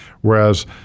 whereas